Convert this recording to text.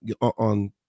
on